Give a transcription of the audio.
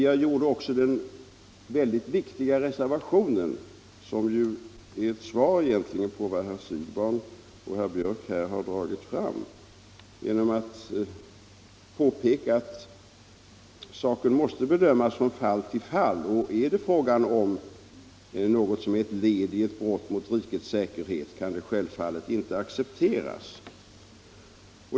Jag gjorde emellertid en synnerligen viktig reservation — som egentligen är ett svar på vad herr Siegbahn och herr Björck här har dragit fram — genom att påpeka att saken måste bedömas från fall till fall. Är mottagandet ett led i ett brott mot rikets säkerhet kan det självfallet inte accepteras.